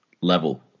level